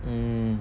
um